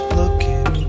looking